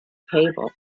table